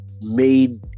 made